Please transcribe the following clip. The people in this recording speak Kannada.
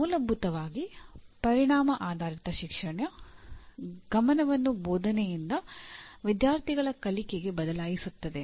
ಮೂಲಭೂತವಾಗಿ ಪರಿಣಾಮ ಆಧಾರಿತ ಶಿಕ್ಷಣ ಗಮನವನ್ನು ಬೋಧನೆಯಿಂದ ವಿದ್ಯಾರ್ಥಿಗಳ ಕಲಿಕೆಗೆ ಬದಲಾಯಿಸುತ್ತದೆ